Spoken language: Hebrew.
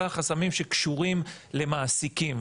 אלא החסמים שקשורים למעסיקים.